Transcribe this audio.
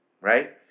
Right